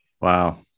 Wow